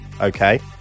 okay